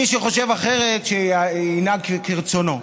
מי שחושב אחרת, שינהג כרצונו.